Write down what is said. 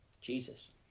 Jesus